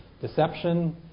deception